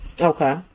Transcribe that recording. Okay